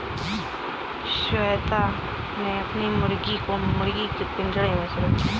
श्वेता ने अपनी मुर्गी को मुर्गी के पिंजरे में सुरक्षित रख दिया